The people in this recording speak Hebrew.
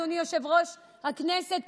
אדוני יושב-ראש הכנסת,